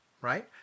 right